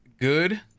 good